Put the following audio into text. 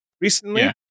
recently